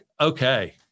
okay